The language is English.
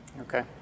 Okay